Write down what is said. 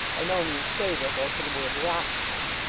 by no means favourable to the worthy locksmith.